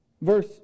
Verse